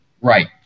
Right